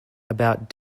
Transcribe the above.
about